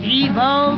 evil